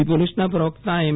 દિલ્હી પોલીસના પ્રવક્તા એમ